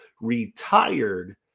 retired